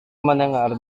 mendengar